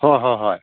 ꯍꯣ ꯍꯣ ꯍꯣꯏ